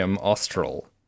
austral